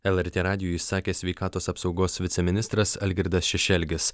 lrt radijui sakė sveikatos apsaugos viceministras algirdas šešelgis